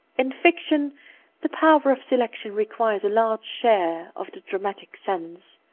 in fiction the power of selection requires a large share of the dramatic sense.